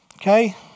Okay